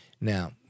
Now